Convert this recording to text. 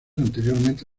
anteriormente